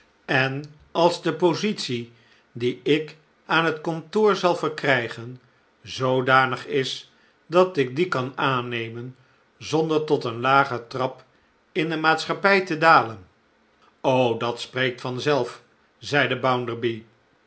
en als de positie die ik aan het kantoor zal verkrijgen zoodanig is dat ik die kan aannemen zonder tot een lager trap in de maatschapplj te dalen dat spreekt vanzelf zeide